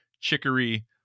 Chicory